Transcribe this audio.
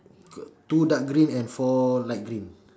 got two dark green and four light green